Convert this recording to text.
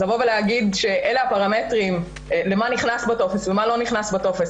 אז לבוא ולהגיד שאלה הפרמטרים למה נכנס בטופס ומה לא נכנס בטופס,